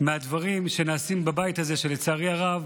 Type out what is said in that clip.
מהדברים שנעשים בבית הזה שלצערי הרב